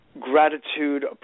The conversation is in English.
gratitude